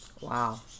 Wow